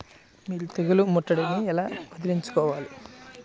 మీరు తెగులు ముట్టడిని ఎలా వదిలించుకోవాలి?